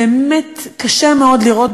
שקשה מאוד לראות.